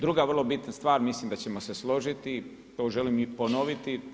Druga vrlo bitna stvar, mislim da ćemo se složiti, to želim i ponoviti.